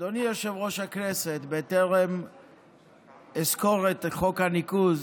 יושב-ראש הישיבה, בטרם אסקור את חוק הניקוז,